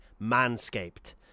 Manscaped